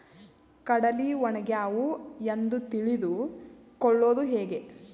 ಕಡಲಿ ಒಣಗ್ಯಾವು ಎಂದು ತಿಳಿದು ಕೊಳ್ಳೋದು ಹೇಗೆ?